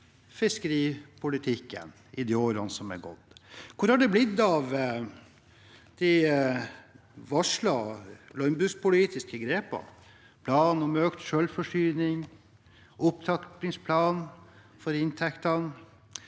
fiskeripolitikken i de årene som har gått, og hvor har det blitt av de varslede landbrukspolitiske grepene – plan om økt selvforsyning og opptrappingsplanen for inntektene?